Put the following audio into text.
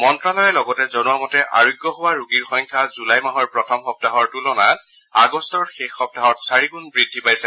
মন্ত্যালয়ে লগতে জনোৱা মতে আৰোগ্য হোৱা ৰোগীৰ সংখ্যা জুলাই মাহৰ প্ৰথম সপ্তাহৰ তূলনাত আগষ্টৰ শেষ সপ্তাহত চাৰিগুণ বৃদ্ধি পাইছে